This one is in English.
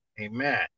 amen